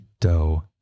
Dough